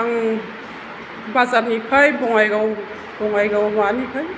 आं बाजारनिफ्राय बङाइगाव माबानिफ्राय